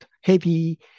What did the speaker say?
heavy